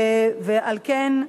ועל כן,